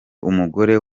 umugore